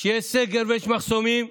כשיש סגר ויש מחסומים,